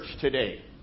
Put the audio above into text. today